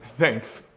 thanks.